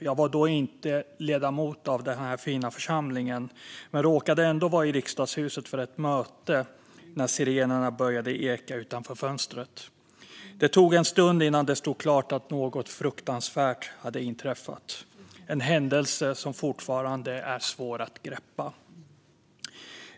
Jag var då inte ledamot av den här fina församlingen men råkade ändå vara i Riksdagshuset för ett möte när sirenerna började eka utanför fönstret. Det tog en stund innan det stod klart att något fruktansvärt hade inträffat, en händelse som fortfarande är svår att greppa.